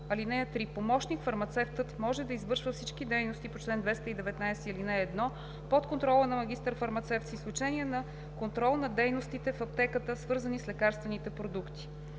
начин: „(3) Помощник-фармацевтът може да извършва всички дейности по чл. 219, ал. 1 под контрола на магистър-фармацевт с изключение на контрол на дейностите в аптеката, свързани с лекарствените продукти.“